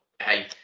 hey